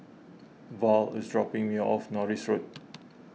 Val is dropping me off Norris Road